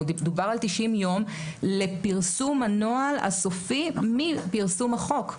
דובר על 90 יום לפרסום הנוהל הסופי מפרסום החוק.